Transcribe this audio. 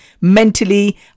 mentally